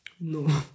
No